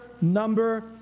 number